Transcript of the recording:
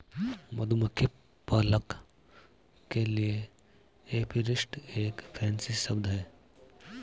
मधुमक्खी पालक के लिए एपीरिस्ट एक फैंसी शब्द है